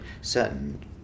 Certain